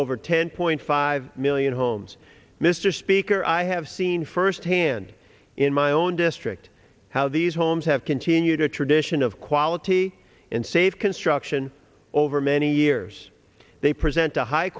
over ten point five million homes mr speaker i have seen firsthand in my own district how these homes have continued a tradition of quality and save construction over many years they present a high